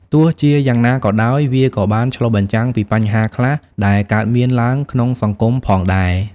ទោះជាយ៉ាងណាក៏ដោយ វាក៏បានឆ្លុះបញ្ចាំងពីបញ្ហាខ្លះដែលកើតមានឡើងក្នុងសង្គមផងដែរ។